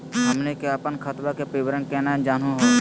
हमनी के अपन खतवा के विवरण केना जानहु हो?